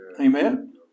Amen